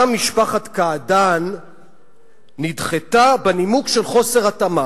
גם משפחת קעדאן נדחתה בנימוק של חוסר התאמה,